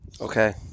Okay